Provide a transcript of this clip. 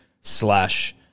slash